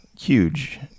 huge